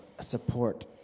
support